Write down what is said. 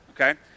okay